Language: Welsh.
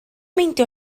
meindio